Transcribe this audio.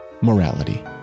morality